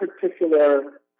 particular